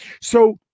So-